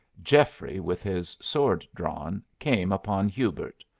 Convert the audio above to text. geoffrey with his sword drawn came upon hubert.